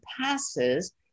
passes